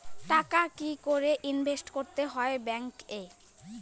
টাকা কি করে ইনভেস্ট করতে হয় ব্যাংক এ?